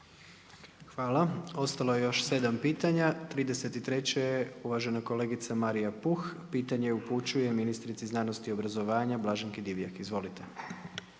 Hvala. Ostalo je još 7 pitanja, 33. je uvažena kolegica Marija Puh, pitanje upućuje ministrici znanosti i obrazovanja Blaženki Divjak. Izvolite.